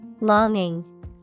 Longing